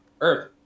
Earth